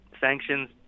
sanctions